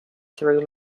through